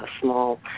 small